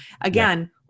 again